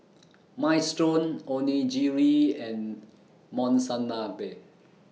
Minestrone Onigiri and Monsunabe